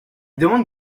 demande